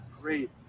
great